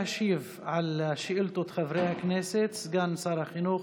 יעלה להשיב על שאילתות חברי הכנסת סגן שר החינוך